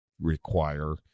require